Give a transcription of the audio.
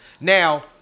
Now